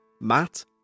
Matt